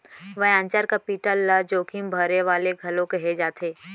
venture capital ल जोखिम भरे वाले घलोक कहे जाथे